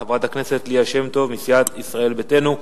חברת הכנסת ליה שמטוב מסיעת ישראל ביתנו,